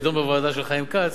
היא תידון בוועדה של חיים כץ.